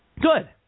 Good